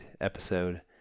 episode